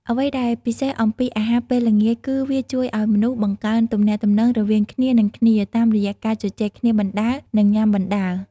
អ្វីដែលពិសេសអំពីអាហារពេលល្ងាចគឺ វាជួយឲ្យមនុស្សបង្កើនទំនាក់ទំនងរវាងគ្នានឹងគ្នាតាមរយៈការជជែកគ្នាបណ្ដើរ និងញុំាបណ្ដើរ។